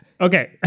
Okay